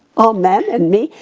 all men and me?